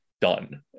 done